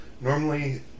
Normally